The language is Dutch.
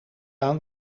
aan